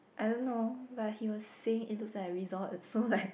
I don't know but he was saying it looks like a resort it's so like